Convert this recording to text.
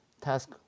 task